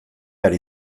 behar